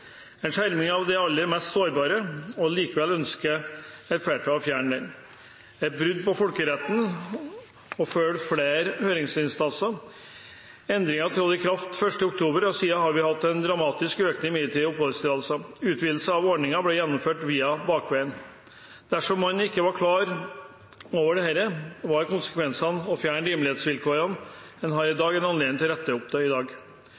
en skjerming av de aller mest sårbare. Likevel ønsket et flertall å fjerne den. Det er et brudd på folkeretten ifølge flere høringsinstanser. Endringen trådte i kraft 1. oktober, og siden har vi sett en dramatisk økning i midlertidige oppholdstillatelser. Utvidelse av ordningen ble gjennomført via bakveien. Dersom man ikke var klar over at dette var konsekvensen av å fjerne rimelighetsvilkåret, har en i dag